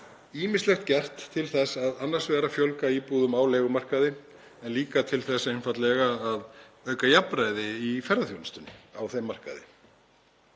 Ýmislegt er gert til þess annars vegar að fjölga íbúðum á leigumarkaði en líka til þess einfaldlega að auka jafnræði í ferðaþjónustunni á þeim markaði.